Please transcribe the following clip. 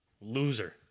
Loser